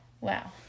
Wow